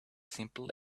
simple